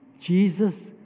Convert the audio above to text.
Jesus